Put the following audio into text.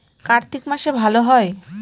কার্তিক মাসে ভালো হয়?